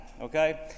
okay